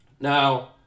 Now